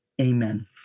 Amen